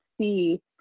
see